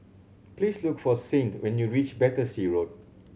please look for Saint when you reach Battersea Road